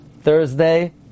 Thursday